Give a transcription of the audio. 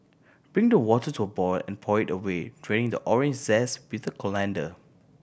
bring the water to a boil and pour it away draining the orange zest with a colander